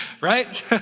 right